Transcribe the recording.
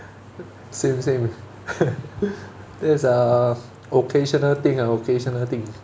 same same it's uh occasional thing ah occasional thing